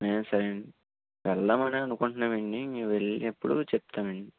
సరేనండి వెళదాము అనే అనుకుంటున్నామండి మేము వెళ్ళినప్పుడు చెప్తామండి